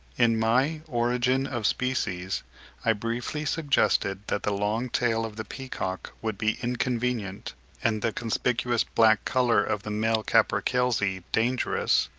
in my origin of species i briefly suggested that the long tail of the peacock would be inconvenient and the conspicuous black colour of the male capercailzie dangerous,